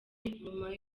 nyuma